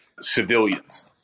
civilians